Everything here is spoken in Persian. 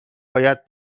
باید